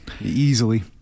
easily